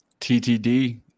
TTD